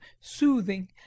soothing